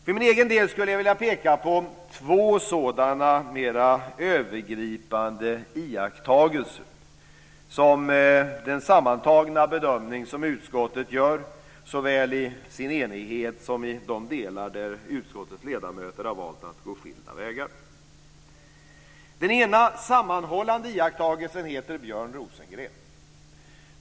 För min egen del skulle jag vilja peka på två sådana mer övergripande iakttagelser i den sammantagna bedömning som utskottet gör, såväl i enighet som i de delar där utskottets ledamöter har valt att gå skilda vägar. Den ena sammanhållande iakttagelsen heter Björn Rosengren.